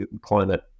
climate